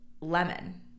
lemon